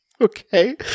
Okay